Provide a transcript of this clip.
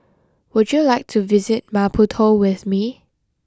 would you like to visit Maputo with me